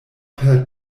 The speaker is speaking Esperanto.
per